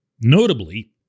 notably